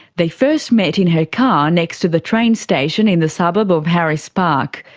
they first met in her car next to the train station in the suburb of harris park.